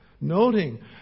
noting